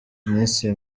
ministre